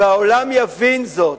והעולם יבין זאת.